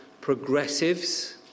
progressives